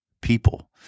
people